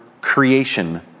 creation